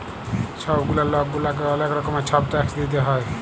ছব গুলা লক গুলাকে অলেক রকমের ছব ট্যাক্স দিইতে হ্যয়